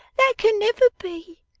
that can never be!